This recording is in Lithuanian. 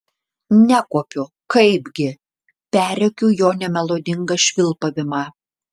nekuopiu kaipgi perrėkiu jo nemelodingą švilpavimą